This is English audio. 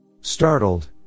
Startled